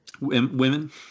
Women